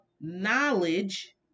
knowledge